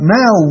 now